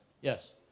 Yes